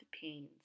pains